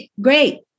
great